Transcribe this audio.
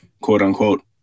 quote-unquote